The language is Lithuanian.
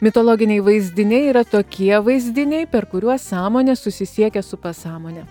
mitologiniai vaizdiniai yra tokie vaizdiniai per kuriuos sąmonė susisiekia su pasąmone